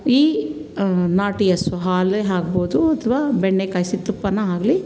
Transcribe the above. ಈ ನಾಟಿ ಹಸು ಹಾಲೇ ಆಗ್ಬೋದು ಅಥವಾ ಬೆಣ್ಣೆ ಕಾಯ್ಸಿದ ತುಪ್ಪನ ಆಗಲಿ